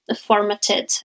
formatted